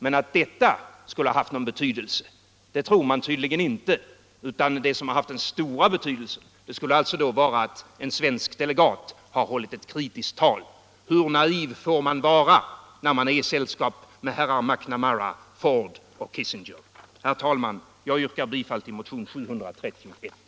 Men att detta skulle ha haft någon betydelse tror man tydligen inte, utan det som haft den stora betydelsen skulle alltså vara att en svensk delegat har hållit ett kritiskt tal. Hur naiv får man vara när man är i sällskap med herrar McNamara, Ford och Kissinger? Herr talman! Jag yrkar bifall till motionen 731.